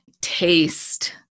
taste